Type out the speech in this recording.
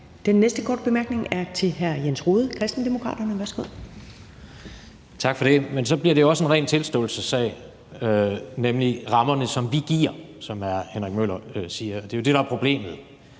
Den næste korte bemærkning er til hr. Jens Rohde, Kristendemokraterne. Værsgo. Kl. 13:45 Jens Rohde (KD): Tak for det. Men så bliver det jo også en ren tilståelsessag, nemlig rammerne, som vi giver, som hr. Henrik Møller siger, og det er jo det, der er problemet